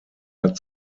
hat